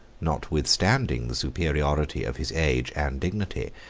notwithstanding the superiority of his age and dignity,